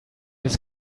his